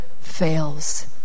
fails